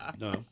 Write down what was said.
No